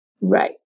Right